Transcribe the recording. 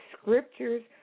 scriptures